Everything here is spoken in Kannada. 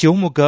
ಶಿವಮೊಗ್ಗ